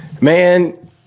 Man